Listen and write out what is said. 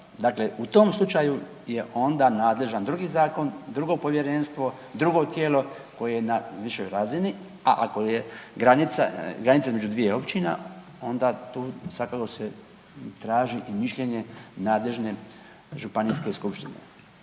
Dakle, u tom slučaju je onda nadležan drugi zakon, drugo povjerenstvo, drugo tijelo koje je na višoj razini, a ako je granica između dviju općina, onda tu svakako se traži i mišljenje nadležne županijske skupštine.